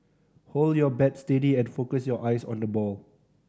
hold your bat steady and focus your eyes on the ball